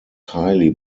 highly